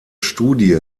studie